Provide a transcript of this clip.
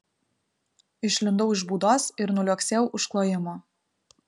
išlindau iš būdos ir nuliuoksėjau už klojimo